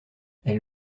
elle